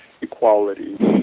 equality